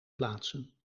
plaatsen